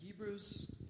Hebrews